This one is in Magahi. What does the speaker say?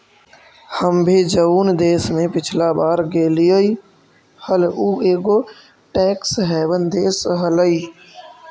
हम भी जऊन देश में पिछला बार गेलीअई हल ऊ एगो टैक्स हेवन देश हलई